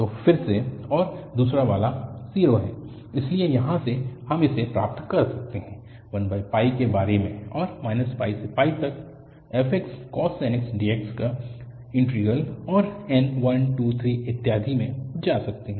तो फिर से और दूसरा वाला 0 है इसलिए यहाँ से हम इसे प्राप्त कर सकते हैं 1 के बराबर और -π से तक fxcos nx dx का इन्टीग्रल और n 1 2 3 इत्यादि मे जा सकते हैं